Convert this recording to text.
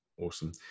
awesome